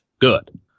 Good